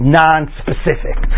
non-specific